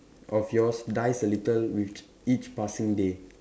of yours dies a little with each passing day